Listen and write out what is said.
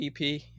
EP